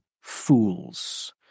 fools